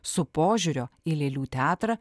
su požiūrio į lėlių teatrą